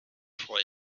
for